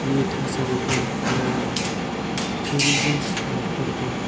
नि थासारिखौ नायना टुरिजोम स्प'ट फोरखौ